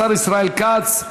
השר ישראל כץ,